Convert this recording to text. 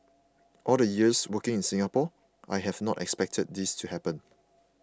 all the years working in Singapore I have not expected this to happen